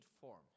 form